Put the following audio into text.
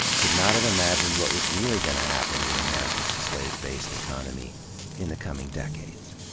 could not have imagined what was really gonna happen with america's slave-based economy in the coming decades.